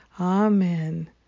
Amen